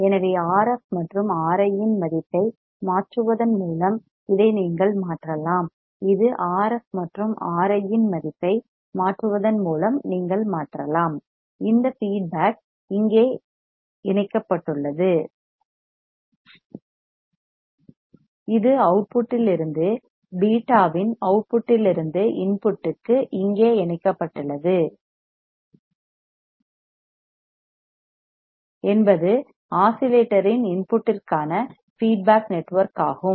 எனவே RF மற்றும் RI இன் மதிப்பை மாற்றுவதன் மூலம் இதை நீங்கள் மாற்றலாம் இது RF மற்றும் RI இன் மதிப்பை மாற்றுவதன் மூலம் நீங்கள் மாற்றலாம் இந்த ஃபீட்பேக் இங்கே இணைக்கப்பட்டுள்ளது இது அவுட்புட்டில் இருந்து பீட்டாவின் அவுட்புட்டிலிருந்து இன்புட்டிற்கு இங்கே இணைக்கப்பட்டுள்ளது என்பது ஆஸிலேட்டரின் இன்புட்டிற்கான ஃபீட்பேக் நெட்வொர்க் ஆகும்